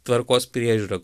tvarkos priežiūrą